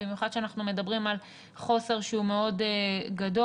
במיוחד שאנחנו מדברים על חוסר שהוא מאוד גדול